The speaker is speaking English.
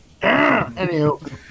Anywho